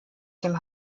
dem